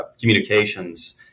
communications